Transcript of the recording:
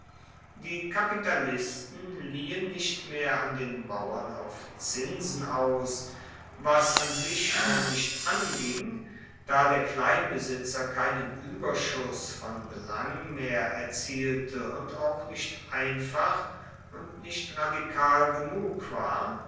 die kapitalisten liehen nicht mehr an den bauern auf zinsen aus was an sich schon nicht anging da der kleinbesitzer keinen ueberschuss von belang mehr erzielte und auch nicht einfach und nicht radikal genug war